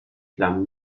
flammen